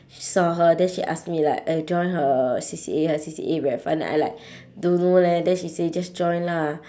saw her then she ask me like eh join her C_C_A her C_C_A very fun then I like don't know leh then she say just join lah